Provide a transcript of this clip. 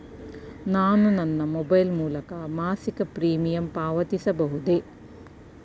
ನಾನು ನನ್ನ ಮೊಬೈಲ್ ಮೂಲಕ ಮಾಸಿಕ ಪ್ರೀಮಿಯಂ ಪಾವತಿಸಬಹುದೇ?